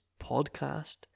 podcast